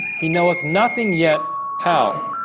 he knoweth nothing yet. how